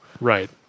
right